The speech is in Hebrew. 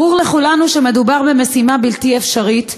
ברור לכולנו שמדובר במשימה בלתי אפשרית,